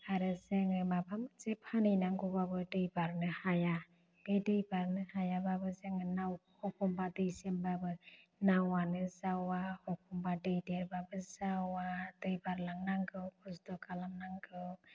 आरो जोङो माबा मोनसे फानहैनांगौबाबो दै बारनो हाया बे दै बारनो हायाबाबो जोङो नाव एखमबा दै सेमबाबो नावालो जावा एखमबा दै देरबाबो जावा दै बारलांनागौ खस्थ' खालामनांगौ